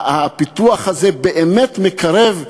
הפיתוח הזה באמת מקרב,